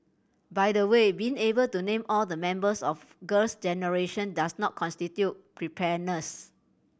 by the way being able to name all the members of Girls Generation does not constitute preparedness